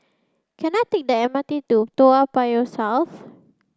can I take the M R T to Toa Payoh South